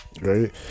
Right